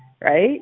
Right